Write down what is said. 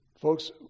Folks